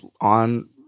on